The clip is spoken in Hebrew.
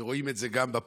ורואים את זה גם בפארקים.